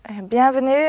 Bienvenue